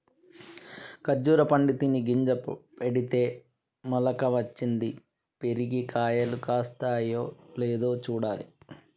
ఖర్జురా పండు తిని గింజ పెడితే మొలక వచ్చింది, పెరిగి కాయలు కాస్తాయో లేదో చూడాలి